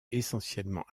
essentiellement